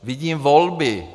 Vidím volby.